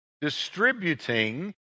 distributing